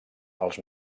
els